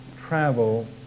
travel